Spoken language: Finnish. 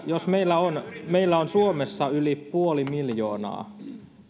jos meillä on meillä on suomessa yli puoli miljoonaa